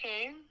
okay